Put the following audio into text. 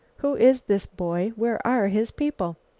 who is this boy? where are his people?